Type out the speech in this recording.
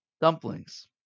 Dumplings